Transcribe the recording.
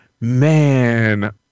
man